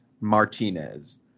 Martinez